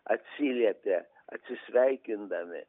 atsiliepė atsisveikindami